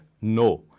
No